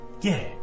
Yeah